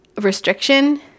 restriction